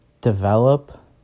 develop